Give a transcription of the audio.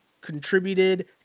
contributed